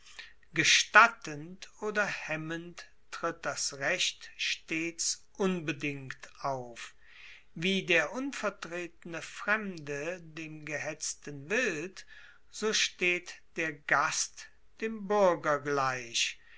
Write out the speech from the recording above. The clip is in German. gestattend oder hemmend tritt das recht stets unbedingt auf wie der unvertretene fremde dem gehetzten wild so steht der gast dem buerger gleich